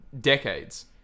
decades